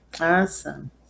Awesome